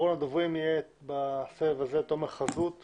אחרון הדוברים בסבב הזה יהיה תומר חזות מכבאות.